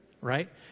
right